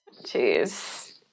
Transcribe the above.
Jeez